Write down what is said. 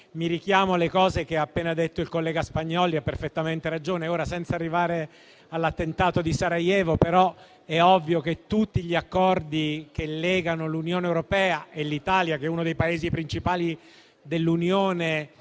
richiamandomi a quanto ha appena detto il collega Spagnolli, che ha perfettamente ragione. Senza arrivare all'attentato di Sarajevo, è ovvio che tutti gli accordi che legano l'Unione europea e l'Italia, che è uno dei Paesi principali dell'Unione,